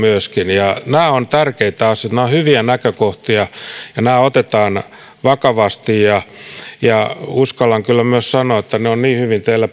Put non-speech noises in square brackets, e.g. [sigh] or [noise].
myöskin nämä ovat tärkeitä asioita nämä ovat hyviä näkökohtia ja nämä otetaan vakavasti uskallan kyllä myös sanoa että ne näkemykset on niin hyvin teillä [unintelligible]